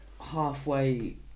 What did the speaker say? halfway